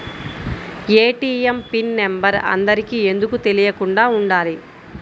ATM pin number అందరికి ఎందుకు తెలియకుండా ఉండాలి?